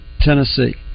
Tennessee